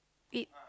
eat